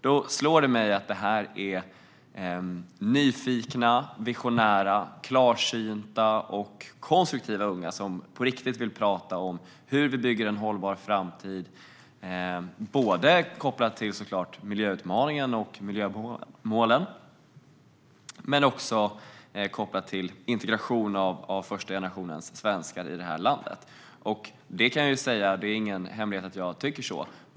Då har det slagit mig att de är nyfikna, visionära, klarsynta och konstruktiva unga som på riktigt vill prata om hur vi bygger en hållbar framtid, såväl kopplat till miljöutmaningen och miljömålen som till integrationen av första generationens svenskar i detta land. Det är ingen hemlighet att jag tycker så här.